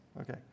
Okay